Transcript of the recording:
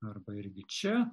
arba irgi čia